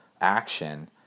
action